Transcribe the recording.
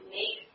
make